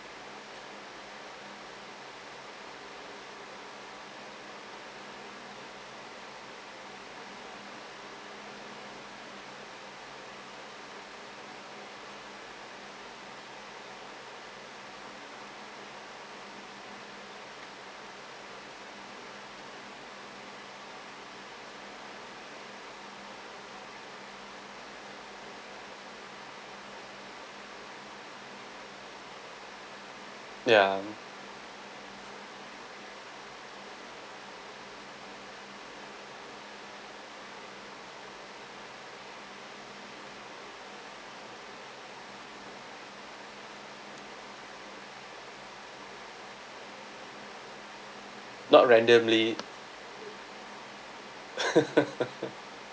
ya not randomly